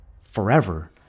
forever